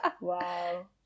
wow